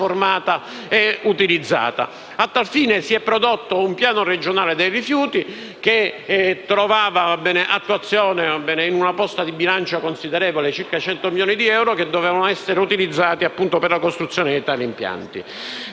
A tal fine si è prodotto un piano regionale dei rifiuti, che trovava attuazione in una posta di bilancio considerevole, circa 100 milioni di euro, che dovevano essere impiegati per la costruzione di tali impianti.